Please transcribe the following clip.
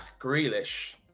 Grealish